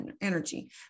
energy